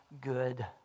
good